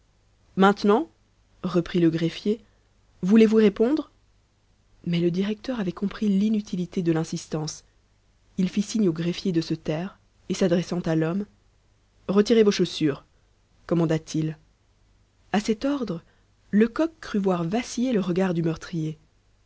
maintenant reprit le greffier voulez-vous répondre mais le directeur avait compris l'inutilité de l'insistance il fit signe au greffier de se taire et s'adressant à l'homme retirez vos chaussures commanda-t-il à cet ordre lecoq crut voir vaciller le regard du meurtrier